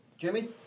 Jimmy